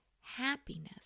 happiness